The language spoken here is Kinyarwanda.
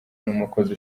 n’umukozi